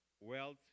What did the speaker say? wealth